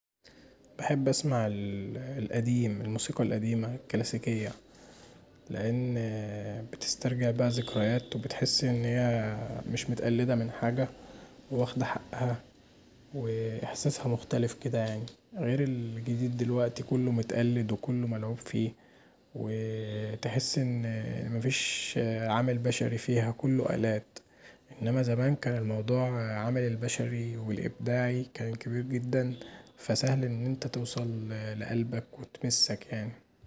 بحب أسمع القديم، الموسيقي القديمه، الكلاسيكية، لأن بتسترجع بقي ذكريات وبتحس انها مش متقلده من حاجه وواخده حقها، واحساسها مختلف كدا يعني، غير الجديد دلوقتي كله متقلد وكله ملعوب فيه، تحس ان مفيش عامل بشري فيها، كله آلات، انما زمان كان موضوع العامل البشري والابداعي كبير جدا فسهل توصل لقلبك وتمسك يعني.